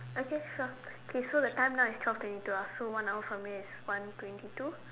okay so okay so the time now is twelve twenty two ah so one hour from here is one twenty two